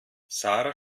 sara